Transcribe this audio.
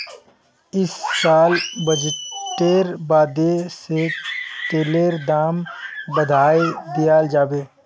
इस साल बजटेर बादे से तेलेर दाम बढ़ाय दियाल जाबे